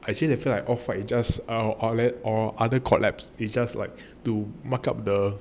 actually I feel that off white is just err other collab to buck up the